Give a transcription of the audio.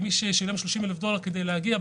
מי ששילם 30,000 דולרים כדי להגיע,